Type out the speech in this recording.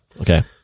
Okay